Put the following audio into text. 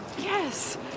Yes